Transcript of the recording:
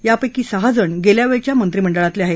यापैकी सहाजण गेल्यावेळच्या मंत्रिमंडळातले आहेत